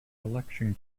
election